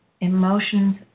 emotions